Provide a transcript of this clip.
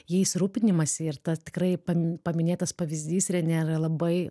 jais rūpinimąsi ir ta tikrai pam paminėtas pavyzdys rene yra labai